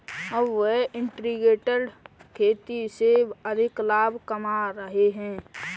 अब वह इंटीग्रेटेड खेती से अधिक लाभ कमा रहे हैं